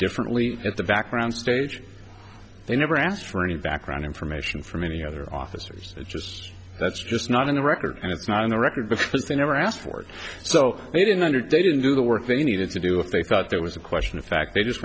differently at the background stage they never asked for any background information from any other officers it's just that's just not in the record and it's not in the record because they never asked for it so they didn't under didn't do the work they needed to do if they thought there was a question of fact they just